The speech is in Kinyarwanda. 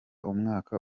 umwaka